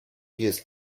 use